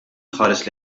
tħares